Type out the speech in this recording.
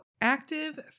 active